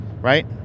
Right